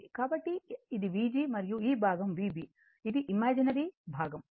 కాబట్టి ఇది Vg మరియు ఈ భాగం Vb ఇది ఇమాజినరీ భాగం Vb